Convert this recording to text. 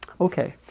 Okay